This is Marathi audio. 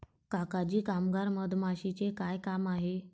काका जी कामगार मधमाशीचे काय काम आहे